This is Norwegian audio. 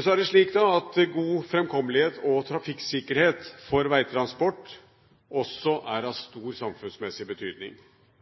Så er det slik at god fremkommelighet og trafikksikkerhet for veitransport også er av stor samfunnsmessig betydning,